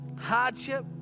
hardship